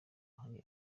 hari